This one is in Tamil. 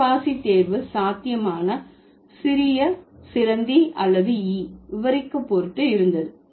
கடற்பாசி தேர்வு சாத்தியமான சிறிய சிலந்தி அல்லது ஈ விவரிக்க பொருட்டு இருந்தது